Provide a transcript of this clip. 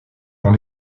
dans